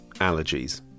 allergies